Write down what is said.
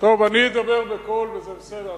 אני אדבר בקול, וזה בסדר.